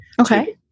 Okay